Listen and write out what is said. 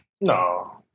no